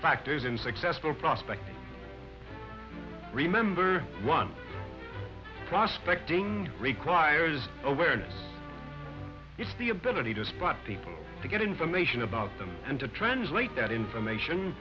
factors in successful prospects remember one prospecting requires awareness it's the ability to spot people to get information about them and to translate that information